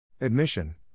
Admission